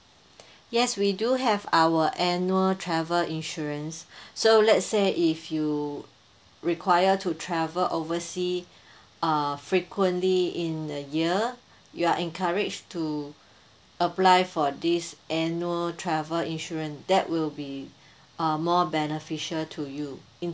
yes we do have our annual travel insurance so let's say if you require to travel oversea uh frequently in the year you are encouraged to apply for this annual travel insurance that will be uh more beneficial to you in